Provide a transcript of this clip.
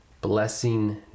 blessing